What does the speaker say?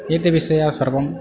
एते विषया सर्वं